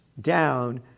down